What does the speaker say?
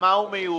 לְמה הוא מיועד?